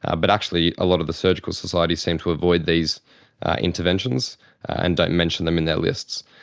ah but actually a lot of the surgical societies seem to avoid these interventions and don't mention them in their lists,